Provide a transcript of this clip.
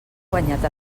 guanyat